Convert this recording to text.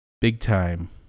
big-time